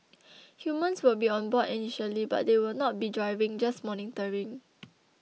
humans will be on board initially but they will not be driving just monitoring